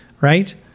Right